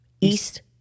east